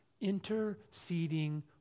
interceding